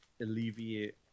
alleviate